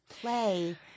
play